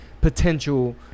potential